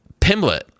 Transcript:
Pimlet